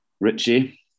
Richie